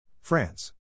France